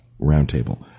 Roundtable